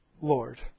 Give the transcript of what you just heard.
Lord